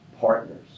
partners